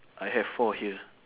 I have four here